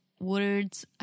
Words